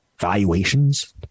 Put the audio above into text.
Valuations